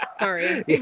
Sorry